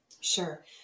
Sure